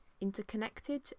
interconnected